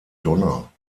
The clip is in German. donner